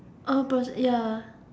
oh purse ya